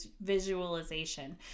visualization